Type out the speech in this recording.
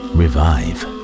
revive